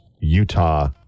Utah